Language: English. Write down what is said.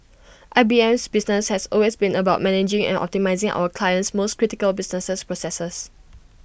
I B M business has always been about managing and optimising our clients most critical businesses processes